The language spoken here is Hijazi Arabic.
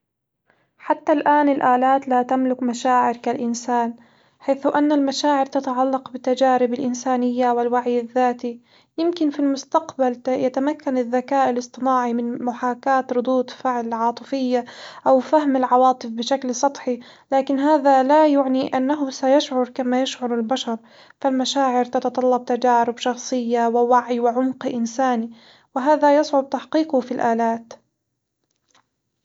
حتى الآن الآلات لا تملك مشاعر كالإنسان، حيث أن المشاعر تتعلق بالتجارب الانسانية والوعي الذاتي، يمكن في المستقبل يتمكن الذكاء الاصطناعي من محاكاة ردود فعل عاطفية أو فهم العواطف بشكل سطحي، لكن هذا لا يعني أنه سيشعر كما يشعر البشر، فالمشاعر تتطلب تجارب شخصية ووعي وعمق إنساني، وهذا يصعب تحقيقه في الآلات.